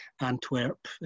Antwerp